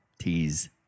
Tease